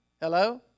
Hello